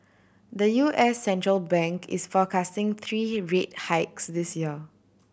the U S central bank is forecasting three rate hikes this year